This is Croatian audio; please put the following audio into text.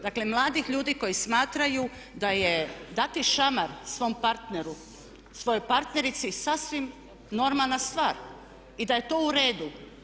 Dakle, mladih ljudi koji smatraju da je dati šamar svom partneru, svojoj partnerici sasvim normalna stvar i da je to u redu.